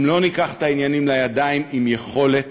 אם לא ניקח את העניינים לידיים, עם יכולת